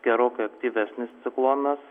gerokai aktyvesnis ciklonas